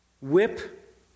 whip